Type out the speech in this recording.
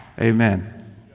Amen